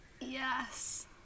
Yes